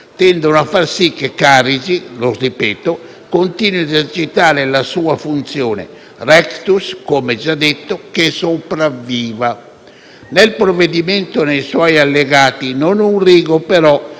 tendono a far sì che Carige - lo ripeto - continui a esercitare la sua funzione, *rectius* - come già detto - che sopravviva. Nel provvedimento e nei suoi allegati non un rigo però